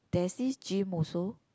there is this gym also